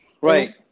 right